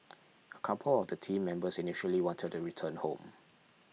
a couple of the team members initially wanted to return home